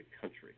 country